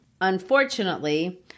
Unfortunately